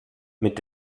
mit